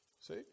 See